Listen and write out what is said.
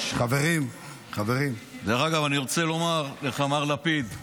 אני רוצה לומר איך אמר לפיד?